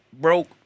broke